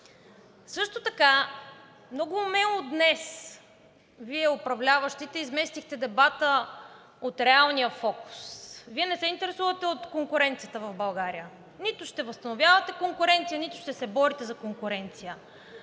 Също така много умело днес Вие управляващите изместихте дебата от реалния фокус. Вие не се интересувате от конкуренцията в България – нито ще възстановявате конкуренция, нито ще се борите за конкуренция.